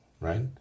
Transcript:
right